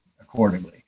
accordingly